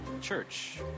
church